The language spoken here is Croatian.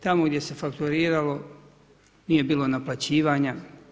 Tamo gdje se fakturiralo, nije bilo naplaćivanja.